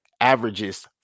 averages